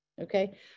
Okay